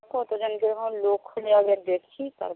কতজন কেমন লোক হবে আগে দেখি তারপরে